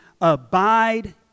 abide